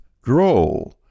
grow